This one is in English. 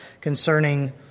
concerning